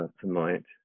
tonight